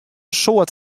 soad